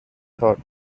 thought